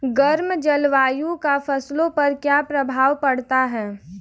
गर्म जलवायु का फसलों पर क्या प्रभाव पड़ता है?